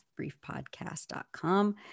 briefpodcast.com